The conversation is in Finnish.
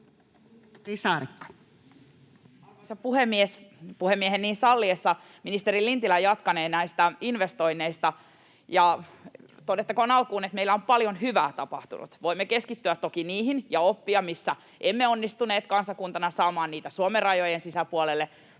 Arvoisa puhemies! Puhemiehen niin salliessa ministeri Lintilä jatkanee näistä investoinneista. Todettakoon alkuun, että meillä on paljon hyvää tapahtunut. Voimme keskittyä toki niihin ja oppia, missä emme onnistuneet kansakuntana saamaan niitä Suomen rajojen sisäpuolelle,